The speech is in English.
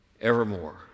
evermore